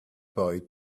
boy